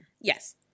Yes